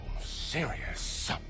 serious